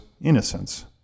innocence